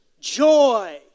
joy